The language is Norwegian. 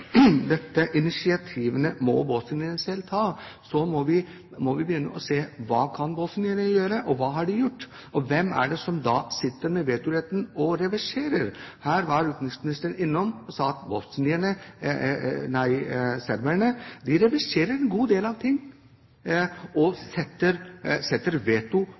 dette initiativet må bosnierne selv ta, så må vi begynne å se på: Hva kan bosnierne gjøre, og hva har de gjort, og hvem er det da som sitter med vetoretten og reverserer? Utenriksministeren var innom dette og sa at serberne reverserer en god del ting og legger ned veto